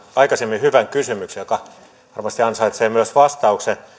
aikaisemmin hyvän kysymyksen joka varmasti ansaitsee myös vastauksen